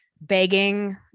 begging –